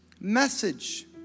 message